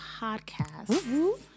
Podcast